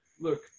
Look